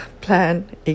plan